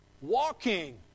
walking